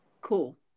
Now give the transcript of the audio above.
Cool